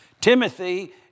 Timothy